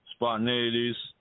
spontaneities